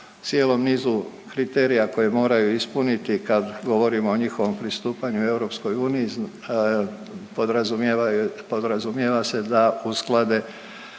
cijelom nizu kriterija koje moraju ispuniti kad govorimo o njihovom pristupanju EU, podrazumijevaju,